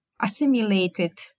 assimilated